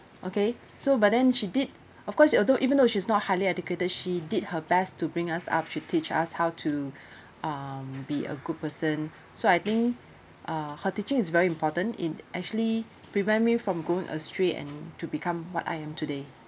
okay so but then she did of course she although even though she's not highly educated she did her best to bring us up she teach us how to um be a good person so I think uh her teaching is very important in actually prevent me from going astray and to become what I am today